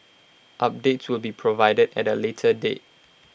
updates will be provided at A later date